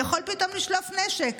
יכול פתאום לשלוף נשק.